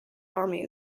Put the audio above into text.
army